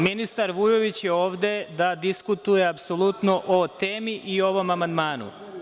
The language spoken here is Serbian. Ministar Vujović je ovde da diskutuje apsolutno o temi i o ovom amandmanu.